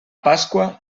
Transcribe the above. pasqua